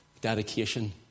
dedication